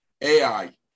ai